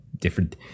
Different